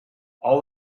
all